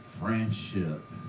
friendship